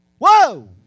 Whoa